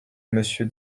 monsieur